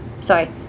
sorry